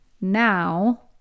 now